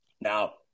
Now